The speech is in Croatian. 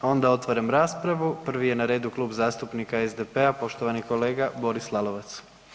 Onda otvaram raspravu, prvi je na redu Klub zastupnika SDP-a poštovani kolega Boris Lalovac.